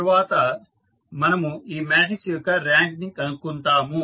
తరువాత మనము ఈ మాట్రిక్స్ యొక్క ర్యాంక్ ని కనుక్కుంటాము